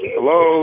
Hello